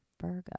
virgo